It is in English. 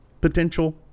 potential